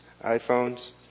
iPhones